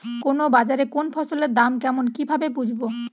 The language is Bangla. কোন বাজারে কোন ফসলের দাম কেমন কি ভাবে বুঝব?